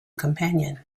companion